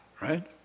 right